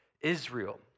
Israel